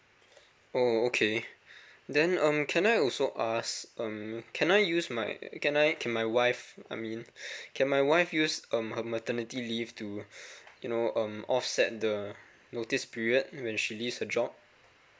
oh okay then um can I also ask um can I use my can I can my wife I mean can my wife use um her maternity leave to you know um offset the notice period when she leaves her job